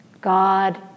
God